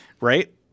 Right